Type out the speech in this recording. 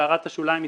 בהערת השוליים מס'